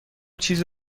چیز